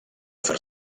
fer